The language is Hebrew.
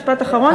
רגע, משפט אחרון.